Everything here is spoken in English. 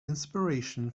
inspiration